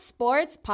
Sports